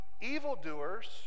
evildoers